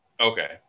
okay